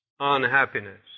unhappiness